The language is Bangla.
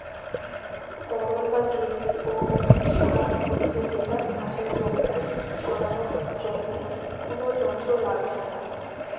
তরল বা গেসিও সার হচ্ছে যেটা চাষের জমিতে ছড়ানার জন্যে কুনো যন্ত্র লাগছে না